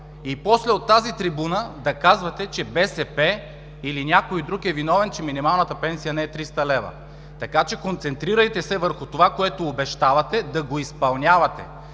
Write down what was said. и после от тази трибуна да казвате, че БСП или някой друг е виновен, че минималната пенсия не е 300 лв. Концентрирайте се върху това, което обещавате – да го изпълнявате,